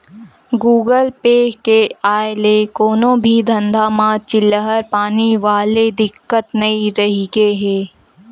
Google Pay के आय ले कोनो भी धंधा म चिल्हर पानी वाले दिक्कत नइ रहिगे हे